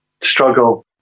struggle